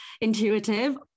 intuitive